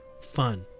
fun